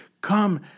Come